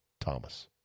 Thomas